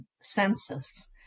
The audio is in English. census